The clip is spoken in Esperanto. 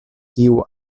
kiu